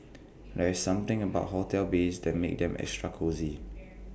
there's something about hotel beds that makes them extra cosy